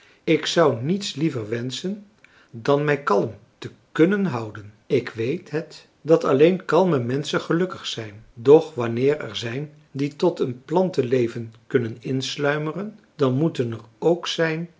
ik zou niets liever wenschen dan mij kalm te kunnen houden ik weet het dat alleen kalme menschen gelukkig zijn doch wanneer er zijn die tot een plantenleven kunnen insluimeren dan moeten er ook zijn